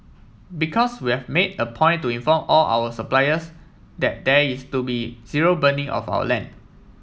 because we've made a point to inform all our suppliers that there is to be zero burning of our land